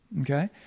Okay